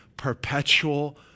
Perpetual